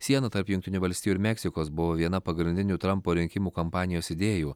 siena tarp jungtinių valstijų ir meksikos buvo viena pagrindinių trampo rinkimų kampanijos idėjų